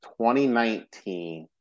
2019